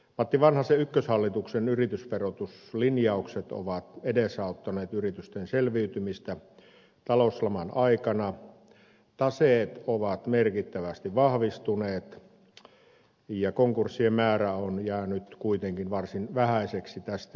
matti van hasen ykköshallituksen yritysverotuslinjaukset ovat edesauttaneet yritysten selviytymistä talouslaman aikana taseet ovat merkittävästi vahvistuneet ja konkurssien määrä on jäänyt kuitenkin varsin vähäiseksi tästä johtuen